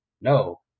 No